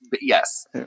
yes